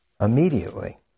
immediately